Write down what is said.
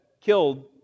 killed